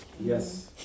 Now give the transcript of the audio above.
Yes